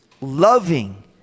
loving